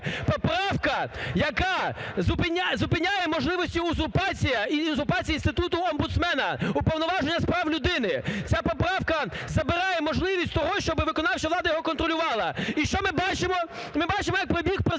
Поправка, яка зупиняє можливості узурпації і узурпації інституту омбудсмена, Уповноваженого з прав людини. Ця поправка забирає можливість того, щоби виконавча влада його контролювала. І що ми бачмо? Ми бачимо, як прибіг в президію